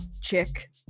chick